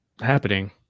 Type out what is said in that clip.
happening